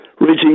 reaching